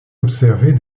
observer